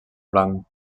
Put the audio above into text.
blanc